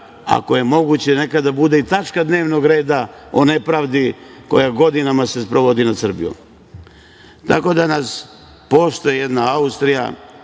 ako je moguće nekada bude i tačka dnevnog reda o nepravdi koja se godinama sprovodi nad Srbijom. Tako da nas poštuje jedna Austrija,